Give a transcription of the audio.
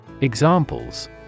Examples